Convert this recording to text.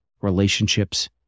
relationships